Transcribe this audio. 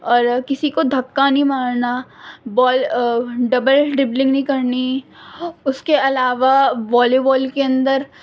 اور کسی کو دھکا نہیں مارنا بال ڈبل ڈربلنگ نہیں کرنی اس کے علاوہ والی وال کے اندر